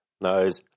knows